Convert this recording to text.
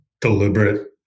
deliberate